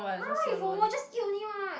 !huh! why he FOMO just eat only what